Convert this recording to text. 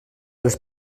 les